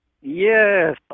Yes